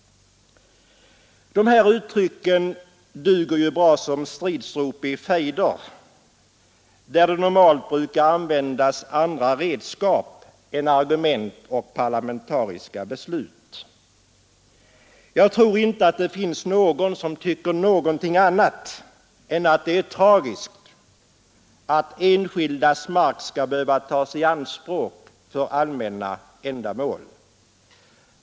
De här uttrycken duger bra som stridsrop i fejder, där det normalt brukar användas andra redskap än argument och parlamentariska beslut. Jag tror inte att det finns någon som tycker någonting annat än att det är tragiskt att enskildas mark skall behöva tas i anspråk för allmänna ändamål.